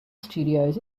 studios